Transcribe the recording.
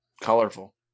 Colorful